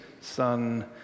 son